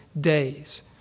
days